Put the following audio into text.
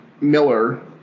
Miller